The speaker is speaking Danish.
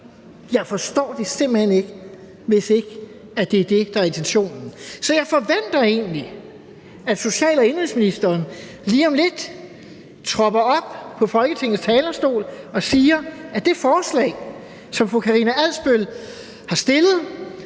Jeg forstår det simpelt hen ikke, hvis ikke det er det, der er intentionen. Så jeg forventer egentlig, at social- og indenrigsministeren lige om lidt tropper op på Folketingets talerstol og siger, at det forslag, som fru Karina Adsbøl har fremsat,